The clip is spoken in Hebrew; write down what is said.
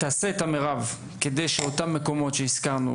תעשה את המירב כדי שאותם מקומות שהוזכרו